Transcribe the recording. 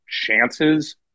chances